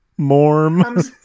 Morm